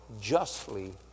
justly